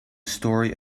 story